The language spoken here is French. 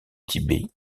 qui